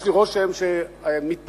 יש לי רושם שמתפתחת,